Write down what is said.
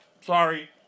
Sorry